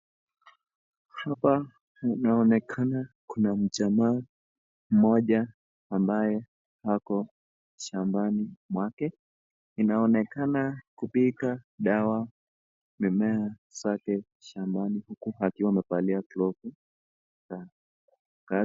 Hapa inaonekana kuna mjamaa mmoja ambaye ako shambani mwake. Inaonekana kupiga dawa mimea zake shambani uku akiwa amevalia glovu.